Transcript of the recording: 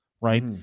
Right